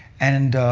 and